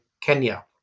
Kenya